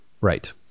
Right